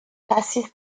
passes